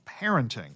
Parenting